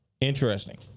Interesting